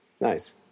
Nice